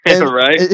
Right